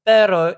Pero